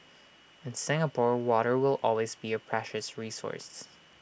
in Singapore water will always be A precious resource